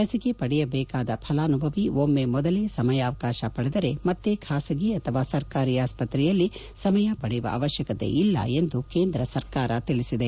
ಲಸಿಕೆ ಪಡೆಯಬೇಕಾದ ಥಲಾನುಭವಿ ಒಮ್ಮೆ ಮೊದಲೇ ಸಮಯಾವಕಾಶ ಪಡೆದರೆ ಮತ್ತೆ ಖಾಸಗಿ ಅಥವಾ ಸರಕಾರಿ ಆಸ್ಪ ತ್ರೆಯಲ್ಲಿ ಸಮಯವನ್ನು ಪಡೆಯುವ ಅವಶ್ಯಕತೆ ಇಲ್ಲ ಎಂದು ಕೇಂದ್ರ ಸರ್ಕಾರ ತಿಳಿಸಿದೆ